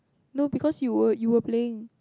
no because you were you were playing